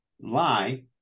lie